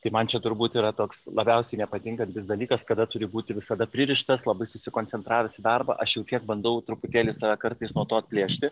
tai man čia turbūt yra toks labiausiai nepatinkantis dalykas kada turi būti visada pririštas labai susikoncentravęs į darbą aš jau kiek bandau truputėlį save kartais nuo to atplėšti